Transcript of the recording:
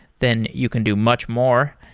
then you can do much more.